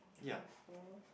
three four